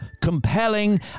compelling